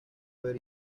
haber